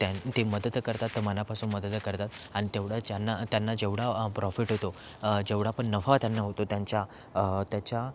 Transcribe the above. त्या ते मदत करतात मनापासून मदत करतात आणि तेवढा ज्यांना त्यांना जेवढा प्रॉफिट होतो जेवढा पण नफा त्यांना होतो त्यांच्या त्याच्या